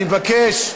אני מבקש,